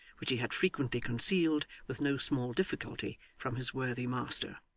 which he had frequently concealed with no small difficulty from his worthy master.